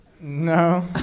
No